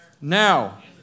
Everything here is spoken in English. Now